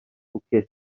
فوکس